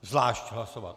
Zvlášť hlasovat.